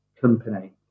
company